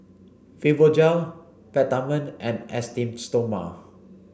Fibogel Peptamen and Esteem stoma